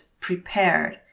prepared